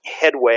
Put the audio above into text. headway